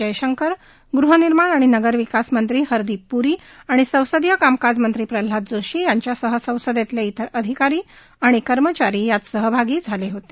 जयशंकर गृहनिर्माण आणि नगरविकास मंत्री हरदीप प्री आणि संसदीय कामकाज मंत्री प्रल्हाद जोशी यांच्यासह संसदेतले इतर अधिकारी आणि कर्मचारी यात सहभागी झाले होते